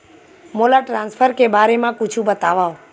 मोला ट्रान्सफर के बारे मा कुछु बतावव?